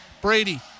Brady